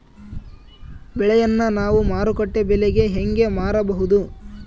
ಬೆಳೆಯನ್ನ ನಾವು ಮಾರುಕಟ್ಟೆ ಬೆಲೆಗೆ ಹೆಂಗೆ ಮಾರಬಹುದು?